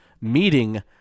meeting